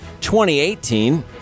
2018